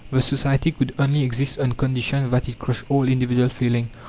the society could only exist on condition that it crushed all individual feeling,